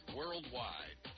worldwide